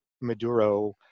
Maduro